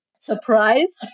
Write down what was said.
surprise